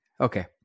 Okay